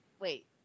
Wait